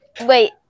Wait